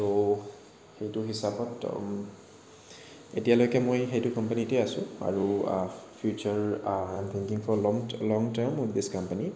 চ' সেইটো হিচাপত এতিয়ালৈকে মই সেইটো কোম্পেনীতে আছোঁ আৰু future thinking for long long term in these company